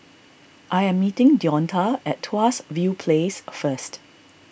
I am meeting Deonta at Tuas View Place first